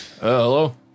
Hello